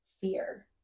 fear